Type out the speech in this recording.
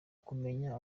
kumenya